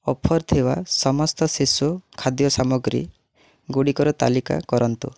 offer ଥିବା ସମସ୍ତ ଶିଶୁ ଖାଦ୍ୟ ସାମଗ୍ରୀ ଗୁଡ଼ିକର ତାଲିକା କରନ୍ତୁ